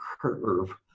curve